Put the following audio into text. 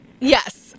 Yes